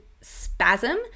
spasm